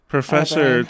Professor